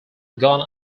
gone